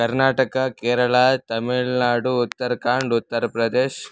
कर्नाटका केरळा तमिल्नाडु उत्तर्कण्ड् उत्तरप्रदेशः